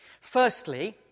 Firstly